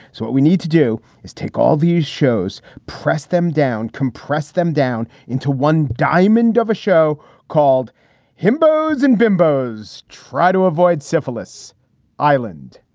so what we need to do is take all these shows. press them down, compress them down into one diamond of a show called him. and bimbos try to avoid syphillis island.